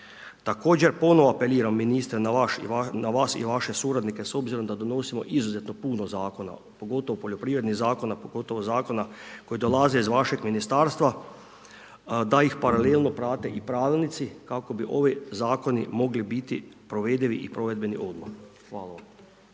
Također ponovno apeliram ministre na vas i vaše suradnike, s obzirom da donosimo izuzetno puno zakona pogotovo poljoprivrednih zakona, pogotovo zakona koji dolaze iz vašeg ministarstva da ih paralelno prate i pravilnici, kako bi ovi zakoni mogli biti provedivi i provedbeni odmah. Hvala vam.